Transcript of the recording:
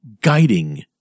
guiding